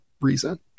reason